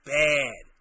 bad